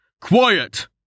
Quiet